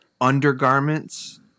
undergarments